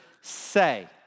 say